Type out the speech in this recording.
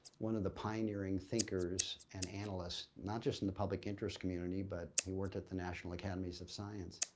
one of the pioneering thinkers and analysts, not just in the public interest community but he worked at the national academies of science,